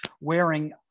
wearing